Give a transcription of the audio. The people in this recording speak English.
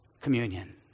communion